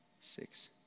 six